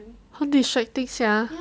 how distracting sia